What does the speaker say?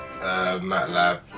Matlab